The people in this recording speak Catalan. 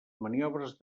maniobres